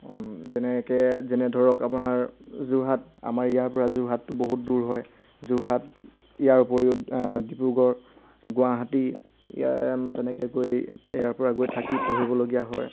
যেনেকৈ যেনে ধৰক আমাৰ যোৰহাট আমাৰ ইয়াৰপৰা যোৰহাটটো বহুত দূৰ হয় যোৰহাট ইয়াৰ উপৰিও ডিব্ৰুগড় গুৱাহাটী ইয়াৰে তেনেকৈ কৰি ইয়াৰপৰা গৈ থাকি পঢ়িবলগীয়া হয়